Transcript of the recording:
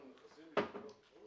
(הישיבה נפסקה בשעה